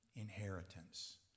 inheritance